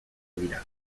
dira